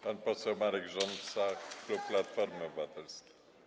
Pan poseł Marek Rząsa, klub Platformy Obywatelskiej.